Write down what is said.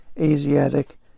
Asiatic